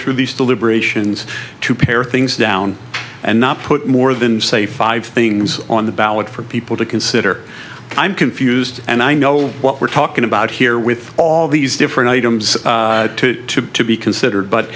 through these deliberations to pare things down and not put more than say five things on the ballot for people to consider i'm confused and i know what we're talking about here with all these different items to be considered but